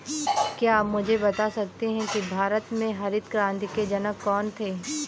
क्या आप मुझे बता सकते हैं कि भारत में हरित क्रांति के जनक कौन थे?